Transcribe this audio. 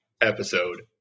episode